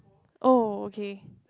oh okay